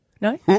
No